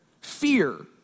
fear